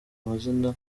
amazina